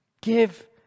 give